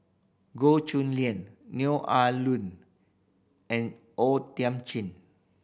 Goh Chu Lian Neo Ah Luan and O Thiam Chin